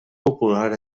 popular